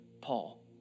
Paul